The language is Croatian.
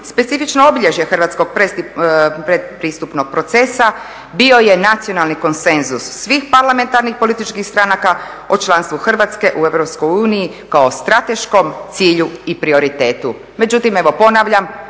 Specifično obilježje hrvatskog pretpristupnog procesa bio je nacionalni konsenzus svih parlamentarnih političkih stranka o članstvu Hrvatske u Europskoj uniji kao strateškom cilju i prioritetu. Međutim evo ponavljam,